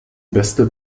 beste